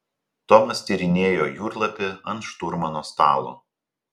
tomas tyrinėjo jūrlapį ant šturmano stalo